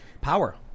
power